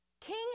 King